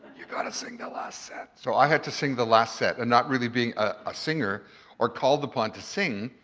you gotta sing the last set. so i had to sing the last set and not really being a singer or called upon to sing,